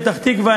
פתח-תקווה,